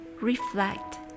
reflect